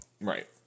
Right